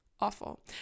awful